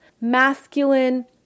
masculine